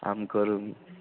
आं करोमि